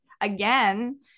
again